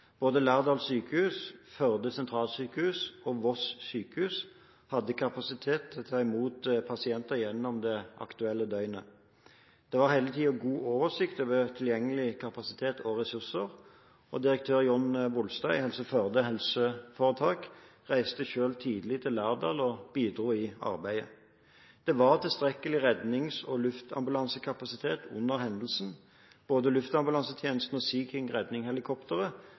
Både Lærdal sjukehus, Førde sentralsjukehus og Voss sjukehus hadde kapasitet til å ta imot pasienter gjennom det aktuelle døgnet. Det var hele tiden god oversikt over tilgjengelig kapasitet og ressurser. Direktør Jon Bolstad ved Helse Førde HF reiste selv tidlig til Lærdal og bidro i arbeidet. Det var tilstrekkelig rednings- og luftambulansekapasitet under hendelsen. Både Luftambulansetjenesten og